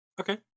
Okay